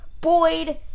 Boyd